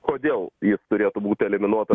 kodėl jis turėtų būti eliminuotas